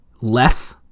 less